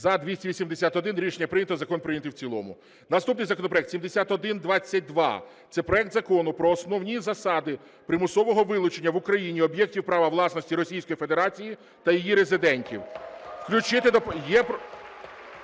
За-281 Рішення прийнято. Закон прийнятий в цілому. Наступний законопроект 7122. Це проект Закону про основні засади примусового вилучення в Україні об'єктів права власності Російської Федерації та її резидентів.